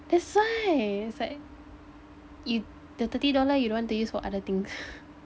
that's why it's like you the thirty dollar you don't want to use for other things